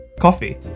coffee